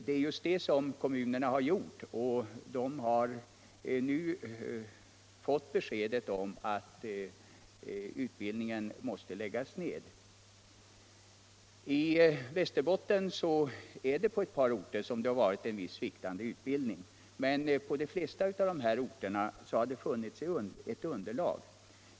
Det är just det som kommunerna har gjort. De har nu fått beskedet att utbildningen måste läggas ned. I Västerbotten har underlaget för utbildningen sviktat på ett par orter, men på de flesta av utbildningsorterna har det funnits ett underlag.